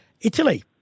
Italy